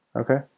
Okay